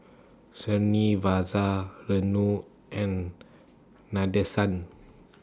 Srinivasa Renu and Nadesan